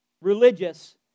religious